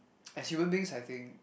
as human beings I think